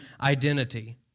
identity